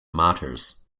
martyrs